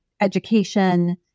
education